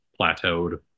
plateaued